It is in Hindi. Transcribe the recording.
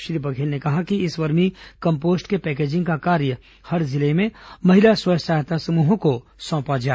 श्री बघेल ने कहा कि इस वर्मी कम्पोस्ट के पैकेजिंग का कार्य हर जिले में महिला स्व सहायता समूहों को सौंपा जाए